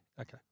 Okay